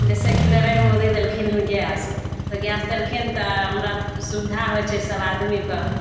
जैसेकि नरेंद्र मोदी देलखिन हन गैस तऽ गैस देलखिन तऽ हमरा सुबिधा होएत छै सब आदमी कऽ